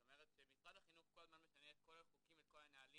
זאת אומרת שמשרד החינוך כל הזמן משנה את כל החוקים ואת כל הנהלים,